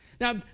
Now